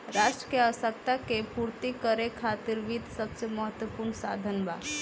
राष्ट्र के आवश्यकता के पूर्ति करे खातिर वित्त सबसे महत्वपूर्ण साधन बा